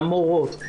המורות,